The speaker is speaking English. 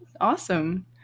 awesome